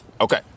Okay